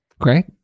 Great